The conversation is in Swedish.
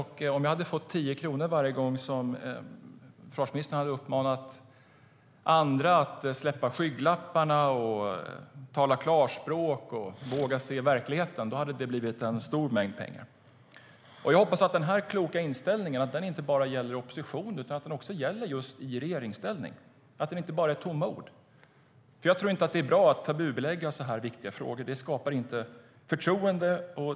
Hade jag fått tio kronor varje gång försvarsministern uppmanade andra att släppa skygglapparna, tala klarspråk och våga se verkligheten hade det blivit en stor summa pengar. Jag hoppas att denna kloka inställning inte bara gäller i opposition utan också i regeringsställning, att det inte bara var tomma ord. Det är inte bra att tabubelägga sådana här viktiga frågor. Det skapar inte förtroende.